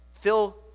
Phil